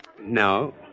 No